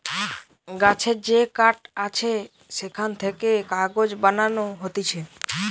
গাছের যে কাঠ আছে সেখান থেকে কাগজ বানানো হতিছে